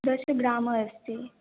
दश ग्राम् अस्ति